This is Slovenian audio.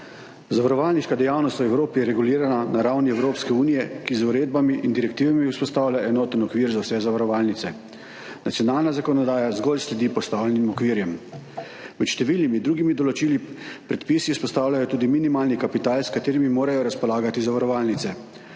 Zavarovalniška dejavnost v Evropi je regulirana na ravni Evropske unije, ki z uredbami in direktivami vzpostavlja enoten okvir za vse zavarovalnice. Nacionalna zakonodaja zgolj sledi postavljenim okvirom. Med številnimi drugimi določili, predpisi vzpostavljajo tudi minimalni kapital, s katerim morajo razpolagati zavarovalnice.